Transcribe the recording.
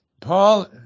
Paul